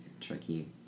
Tricky